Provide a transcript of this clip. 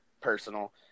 personal